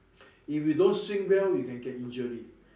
if you don't swing well you can get injury